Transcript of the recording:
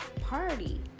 party